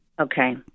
Okay